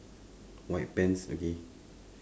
white pants okay